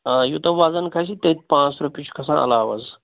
آ یوٗتاہ وزَن کھَسہِ تٔتھۍ پانٛژھ رۄپیہِ چھُ کھَسان عَلاوٕ حظ